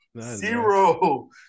Zero